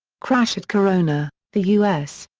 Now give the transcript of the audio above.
crash at corona the u s.